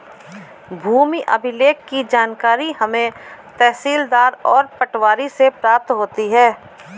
भूमि अभिलेख की जानकारी हमें तहसीलदार और पटवारी से प्राप्त होती है